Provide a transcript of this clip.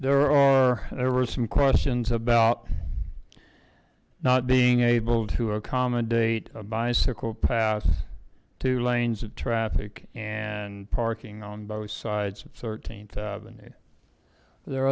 there were some questions about not being able to accommodate a bicycle path to lanes of traffic and parking on both sides of th